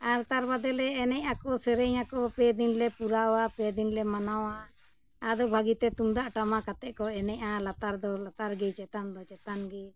ᱟᱨ ᱛᱟᱨ ᱵᱟᱫᱮᱞᱮ ᱮᱱᱮᱡ ᱟᱠᱚ ᱥᱮᱨᱮᱧ ᱟᱠᱚ ᱯᱮ ᱫᱤᱱ ᱞᱮ ᱯᱩᱨᱟᱹᱣᱟ ᱯᱮ ᱫᱤᱱ ᱞᱮ ᱢᱟᱱᱟᱣᱟ ᱟᱫᱚ ᱵᱷᱟᱹᱜᱤᱛᱮ ᱛᱩᱢᱫᱟᱜ ᱴᱟᱢᱟᱠᱟ ᱟᱛᱮᱠᱚ ᱮᱱᱮᱡᱼᱟ ᱞᱟᱛᱟᱨ ᱫᱚ ᱞᱟᱛᱟᱨ ᱜᱮ ᱪᱮᱛᱟᱱ ᱫᱚ ᱪᱮᱛᱟᱱ ᱜᱮ